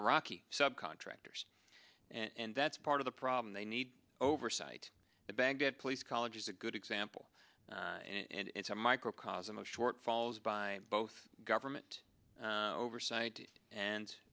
iraqi subcontractors and that's part of the problem they need oversight in baghdad police college is a good example and it's a microcosm of shortfalls by both government oversight and